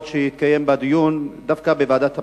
שיתקיים בה דיון דווקא בוועדת הפנים.